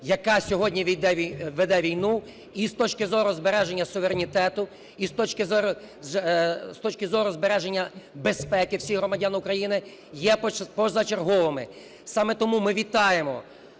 яка сьогодні веде війну, і з точки зору збереження суверенітету, і з точки зору, з точки зору збереження безпеки віх громадян України є позачерговими. Саме тому ми вітаємо